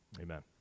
Amen